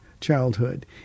Childhood